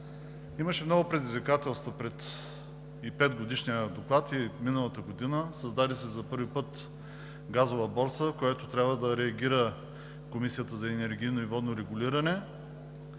Имаше много предизвикателства и пред петгодишния доклад. Миналата година се създаде за първи път Газова борса, за която трябва да реагира Комисията за енергийно и водно регулиране.